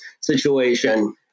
situation